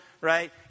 right